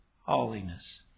holiness